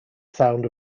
sound